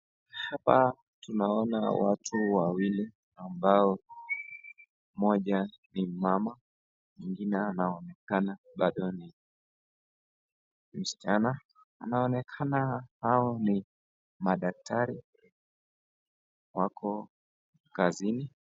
Hapa tunaona watu wawili ambao mmoja ni mama mwingine anaonekana bado ni msichana, wanaonekana hao ni madaktari wako kazini.